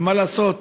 ומה לעשות,